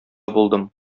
булдым